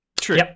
True